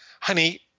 honey